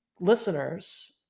listeners